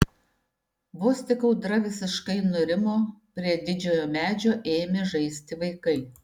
vos tik audra visiškai nurimo prie didžiojo medžio ėmė žaisti vaikai